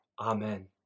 Amen